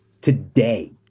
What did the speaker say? today